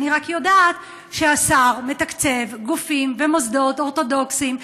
אני רק יודעת שהשר מתקצב גופים ומוסדות אורתודוקסיים,